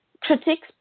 critics